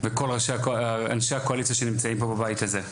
וכל אנשי הקואליציה שנמצאים פה בבית הזה.